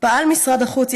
פעל משרד החוץ,